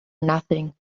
nothing